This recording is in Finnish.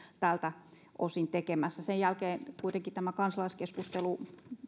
tältä osin tekemässä sen jälkeen kuitenkin tämä kansalaiskeskustelu